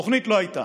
תוכנית לא הייתה.